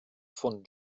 von